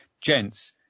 gents